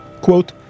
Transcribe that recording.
Quote